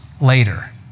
later